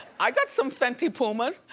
i got some fenty puma's.